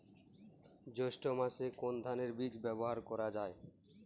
জৈষ্ঠ্য মাসে কোন ধানের বীজ ব্যবহার করা যায়?